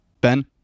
Ben